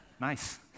Nice